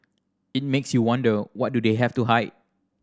it makes you wonder what do they have to hide